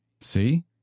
See